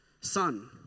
Son